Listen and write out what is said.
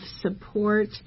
support